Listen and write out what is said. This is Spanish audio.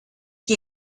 que